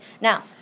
Now